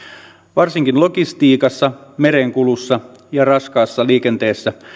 varsinkin logistiikassa merenkulussa ja raskaassa liikenteessä